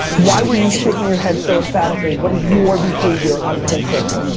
why were you shaking your head so emphatically? what is your behavior on pinterest?